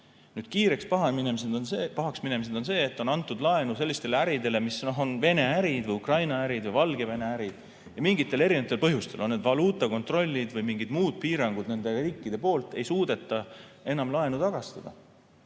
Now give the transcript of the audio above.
Nüüd, kiiresti pahaks minemine on see, et on antud laenu sellistele äridele, mis on Venemaa ärid, Ukraina ärid või Valgevene ärid. Mingitel põhjustel, on need valuutakontrollid või mingid muud piirangud nende riikide poolt, ei suudeta enam laenu tagastada.